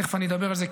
ותכף אני אדבר על זה,